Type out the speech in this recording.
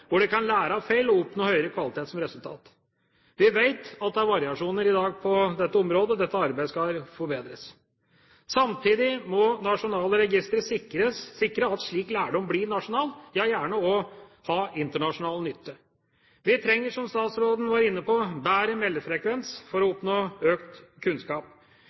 hvor man kan lære av feil, og oppnå høyere kvalitet som resultat. Vi vet at det er variasjoner på dette området i dag. Dette arbeidet skal forbedres. Samtidig må nasjonale registre sikre at slik lærdom blir nasjonal, ja gjerne også ha internasjonal nytte. Vi trenger, som statsråden var inne på, bedre meldefrekvens for å oppnå økt kunnskap.